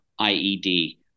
IED